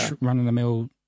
run-of-the-mill